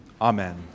amen